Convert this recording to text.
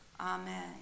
Amen